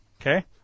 okay